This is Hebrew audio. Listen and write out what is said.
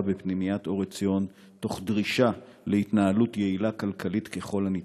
בפנימיית אור עציון תוך דרישה להתנהלות יעילה כלכלית ככל הניתן.